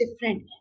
different